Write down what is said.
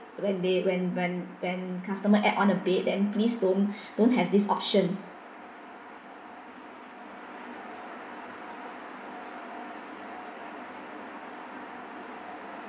when they when when when customer add on a bed then please don't don't have this option